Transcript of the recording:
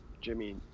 Jimmy